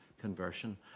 conversion